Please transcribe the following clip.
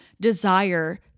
desire